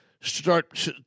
start